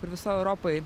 kur visoj europoj